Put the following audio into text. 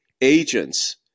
agents